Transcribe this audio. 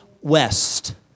west